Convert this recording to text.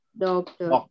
Doctor